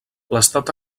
l’estat